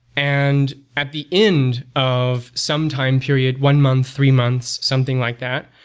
and at the end of some time period, one month, three months, something like that,